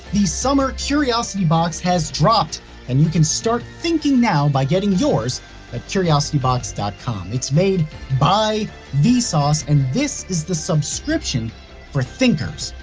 the summer curiosity box has dropped and you can start thinking now by getting yours at curiositybox com. it's made by vsauce and this is the subscription for thinkers.